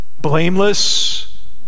blameless